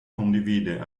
condivide